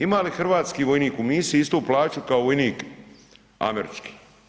Ima li hrvatski vojnik u misiji istu plaću kao vojnik američki?